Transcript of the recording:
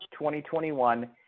2021